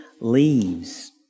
leaves